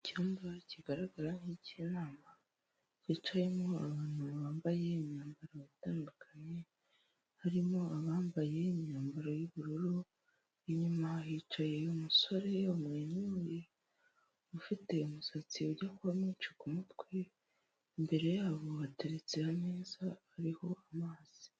Icyumba kigaragara nk'icyinama hicayemo abantu bambaye imyambaro itandukanye, harimo abambaye imyambaro y'ubururu, inyuma hicaye umusore umwenyuye ufite umusatsi ujya kuba mwinshi ku mutwe, imbere yabo hateretse ameza hariho amazi.